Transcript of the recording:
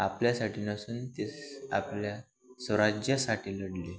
आपल्यासाठी नसून ते आपल्या स्वराज्यासाठी लढले